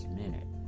minute